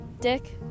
Dick